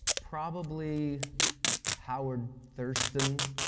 probably howard thurston.